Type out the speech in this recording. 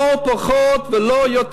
לא פחות ולא יותר.